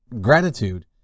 gratitude